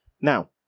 Now